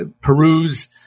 peruse